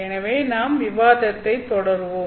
எனவே நாம் விவாதத்தைத் தொடருவோம்